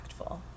impactful